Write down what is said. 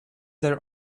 their